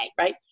Right